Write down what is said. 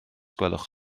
gwelwch